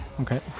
Okay